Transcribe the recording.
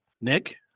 Nick